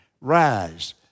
Rise